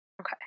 Okay